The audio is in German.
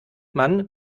man